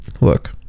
look